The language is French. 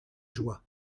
joie